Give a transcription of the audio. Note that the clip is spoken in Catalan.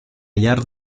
llar